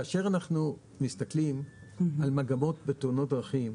כאשר אנחנו מסתכלים על מגמות בתאונות דרכים,